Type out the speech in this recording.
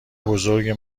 بزرگ